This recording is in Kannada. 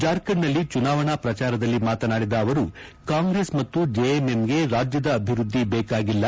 ಜಾರ್ಖಂಡ್ನಲ್ಲಿ ಚುನಾವಣಾ ಪ್ರಚಾರದಲ್ಲಿ ಮಾತನಾಡಿದ ಅವರು ಕಾಂಗ್ರೆಸ್ ಮತ್ತು ಜೆಎಂಎಂಗೆ ರಾಜ್ಯದ ಅಭಿವೃದ್ಧಿ ಬೇಕಾಗಿಲ್ಲ